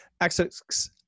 access